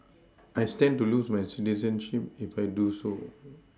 I stand to lose my citizenship if I do so